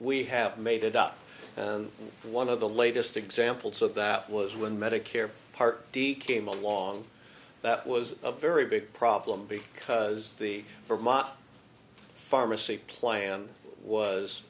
we have made it up and one of the latest examples of that was when medicare part d came along that was a very big problem because the for mot pharmacy plan was